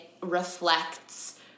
reflects